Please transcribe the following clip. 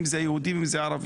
אם זה היהודים ואם זה הערבים,